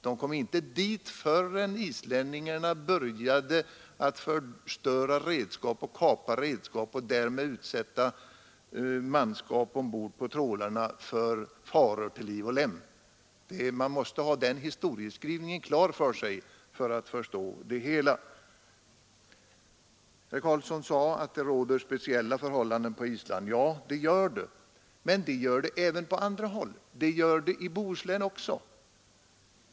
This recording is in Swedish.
De kom inte dit förrän islänningarna började att förstöra redskap och kapa redskap och därmed utsätta manskapet ombord på trålarna för faror till liv och lem. Man måste ha den historieskrivningen klar för sig för att förstå det hela. Herr Carlsson sade att det råder speciella förhållanden på Island. Men det gör det även på andra håll, t.ex. i Bohuslän.